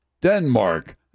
Denmark